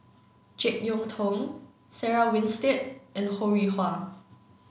Jek Yeun Thong Sarah Winstedt and Ho Rih Hwa